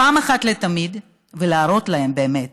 אחת ולתמיד ולהראות להם באמת,